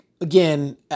again